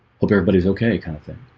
hope everybody's okay kind of thing.